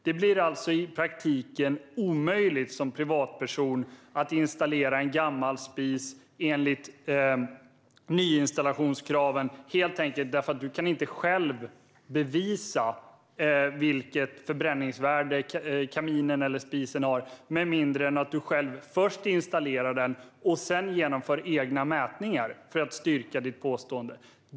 Det blir alltså i praktiken omöjligt att som privatperson installera en gammal spis enligt nyinstallationskraven, helt enkelt därför att du kan inte själv bevisa vilket förbränningsvärde kaminen eller spisen har med mindre än att du själv först installerar den och sedan genomför egna mätningar för att styrka ditt påstående.